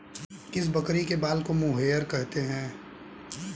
किस बकरी के बाल को मोहेयर कहते हैं?